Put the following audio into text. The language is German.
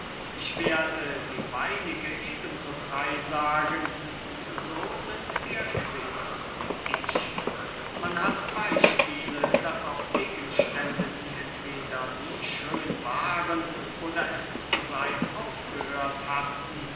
ich werde die meinige eben so frey sagen und so sind wir quitt ich man hat beyspiele daß auch gegenstände die entweder nie schön waren oder es zu seyn aufgehört hatten